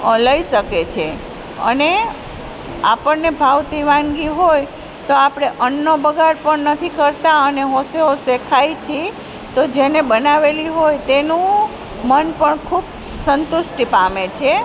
લઈ શકે છે અને આપણને ભાવતી વાનગી હોય તો આપણે અન્નનો બગાડ પણ નથી કરતાં અને હોંશે હોંશે ખાઈએ છીએ તો જેણે બનાવેલી હોય તેનું મન પણ ખૂબ સંતુષ્ટિ પામે છે